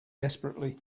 desperately